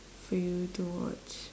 for you to watch